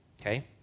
okay